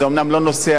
זה אומנם לא נושא